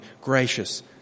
gracious